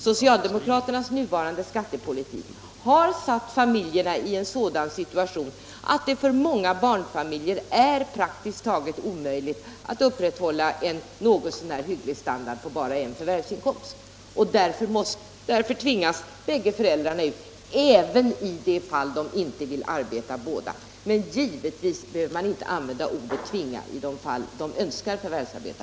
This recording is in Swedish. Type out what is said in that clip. Socialdemokraternas nuvarande skattepolitik har försatt barnfamiljerna i en sådan situation att det för många av dem praktiskt taget är omöjligt att upprätthålla en något så när hygglig standard på bara en förvärvsinkomst. Därför tvingas bägge föräldrarna ut även i de fall där inte båda vill arbeta; givetvis behöver man inte använda ordet tvinga i de fall där båda önskar förvärvsarbeta.